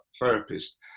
therapist